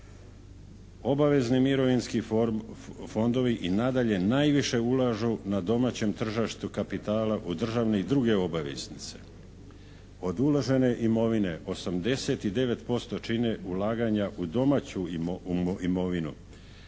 Obavezni mirovinski fondovi i nadalje najviše ulažu na domaćem tržištu kapitala u državne i druge …/Govornik se ne razumije./… Od uložene imovine 89% čine ulaganja u domaću imovinu